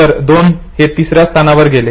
तर 2 हे तिसर्या स्थानावर गेले